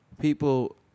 people